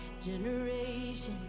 generations